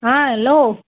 हां हॅलो